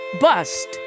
Bust